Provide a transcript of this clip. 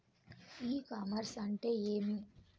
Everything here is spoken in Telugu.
ఇ కామర్స్ అంటే ఏమి?